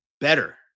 better